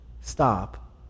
stop